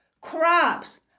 crops